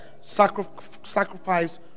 sacrifice